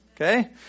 Okay